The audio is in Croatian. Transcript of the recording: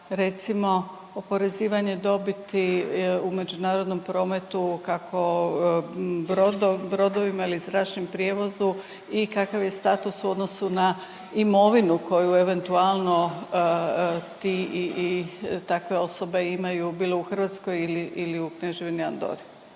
recimo oporezivanje dobiti u međunarodnom prometu kako brodovima ili zračnom prijevozu i kakav je status u odnosu na imovinu koju eventualno ti i takve osobe imaju, bilo u Hrvatskoj ili u Kneževini Andori.